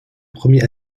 premier